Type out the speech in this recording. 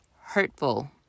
hurtful